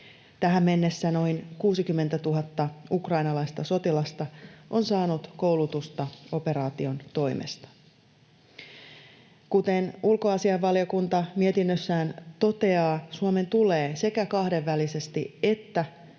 Tähän mennessä noin 60 000 ukrainalaista sotilasta on saanut koulutusta operaation toimesta. Kuten ulkoasiainvaliokunta mietinnössään toteaa, Suomen tulee sekä kahdenvälisesti että